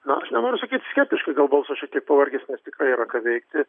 na aš nenoriu sakyt skeptiškai gal balsas šiek tiek pavargęs nes tikrai yra ką veikti